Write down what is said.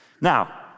Now